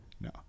no